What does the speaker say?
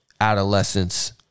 adolescence